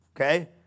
okay